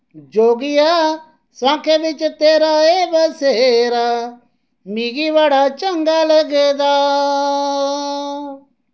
जोगिया सुआंखे बिच तेरा ऐ बसेरा मिकी बड़ा चंगा लगदा